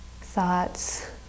thoughts